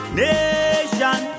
nation